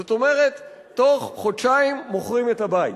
זאת אומרת, תוך חודשיים מוכרים את הבית.